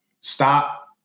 stop